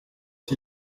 isi